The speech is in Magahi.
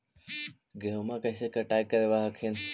गेहुमा कैसे कटाई करब हखिन?